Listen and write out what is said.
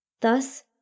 Thus